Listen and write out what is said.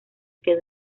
quedó